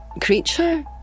creature